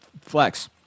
Flex